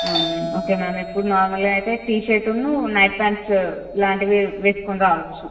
okay ma'am ఇప్పుడు నార్మల్గా అయితే టీషర్టును నైట్ ప్యాంట్స్ లాంటివి వేసుకుని రావచ్చు